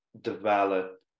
develop